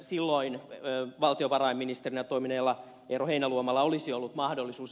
silloin valtiovarainministerinä toimineella eero heinäluomalla olisi ollut mahdollisuus